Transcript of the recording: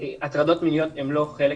שהטרדות מיניות הן לא חלק